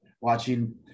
watching